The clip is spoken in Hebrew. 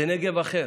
זה נגב אחר.